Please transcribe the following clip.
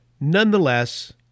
Nonetheless